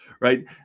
right